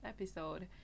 episode